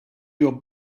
your